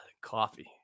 Coffee